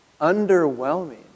underwhelming